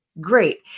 great